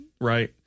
Right